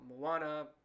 Moana